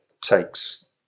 takes